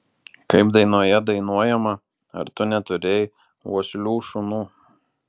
kaip dainoje dainuojama ar tu neturėjai vuoslių šunų